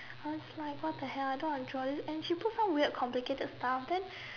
I was like what the hell I don't want to draw this and she put up weird complicated stuff then